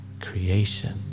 creation